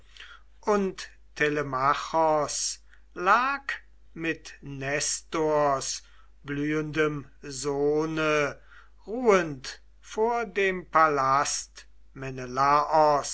und telemachos lag mit nestors blühendem sohne ruhend vor dem palast